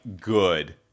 good